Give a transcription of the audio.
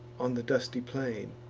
on the dusty plain.